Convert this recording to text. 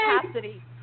capacity